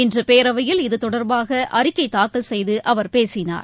இன்று பேரவையில் இதுதொடர்பாக அறிக்கை தாக்கல் செய்து அவர் பேசினார்